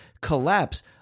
collapse